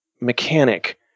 mechanic